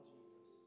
Jesus